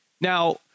Now